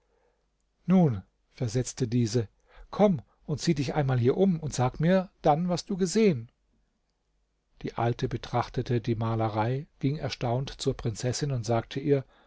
nun versetzte diese komm und sieh dich einmal hier um und sag mir dann was du gesehen die alte betrachtete die malerei ging erstaunt zur prinzessin und sagte ihr